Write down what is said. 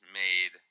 made